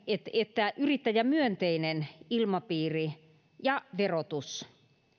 että että yrittäjämyönteinen ilmapiiri ja verotus